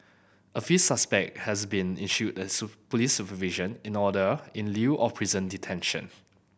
a fifth suspect has been issued a police supervision in order in lieu of prison detention